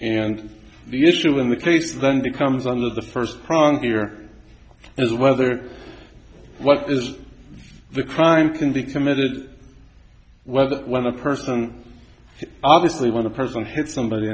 and the issue in the case then becomes under the first prong here is whether what is the crime can be committed whether when a person is obviously when the person hit somebody